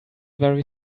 very